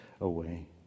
away